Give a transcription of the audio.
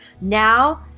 Now